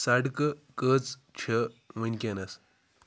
سڑکہٕ کٔژ چھِ وُنکٮ۪نس